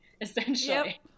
essentially